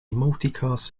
multicast